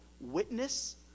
witness